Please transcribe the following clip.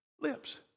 lips